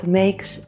makes